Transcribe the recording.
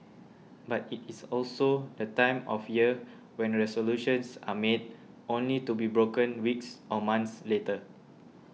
but it is also the time of year when resolutions are made only to be broken weeks or months later